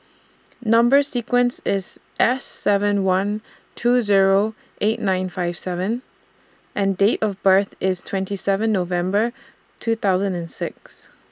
Number sequence IS S seven one two Zero eight nine five seven and Date of birth IS twenty seven November two thousand and six